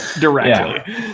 Directly